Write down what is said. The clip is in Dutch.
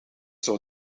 zou